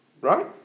right